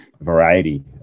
variety